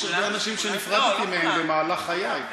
יש הרבה אנשים שנפרדתי מהם במהלך חיי.